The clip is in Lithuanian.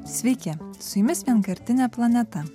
sveiki su jumis vienkartinė planeta